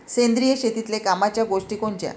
सेंद्रिय शेतीतले कामाच्या गोष्टी कोनच्या?